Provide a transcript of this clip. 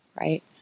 right